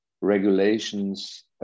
regulations